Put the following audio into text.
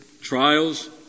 trials